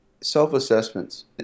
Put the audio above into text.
Self-assessments